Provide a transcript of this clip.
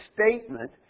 statement